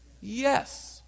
Yes